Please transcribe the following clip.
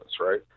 right